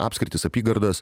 apskritis apygardas